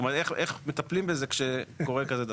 כלומר, איך מטפלים בזה כשקורה כזה דבר.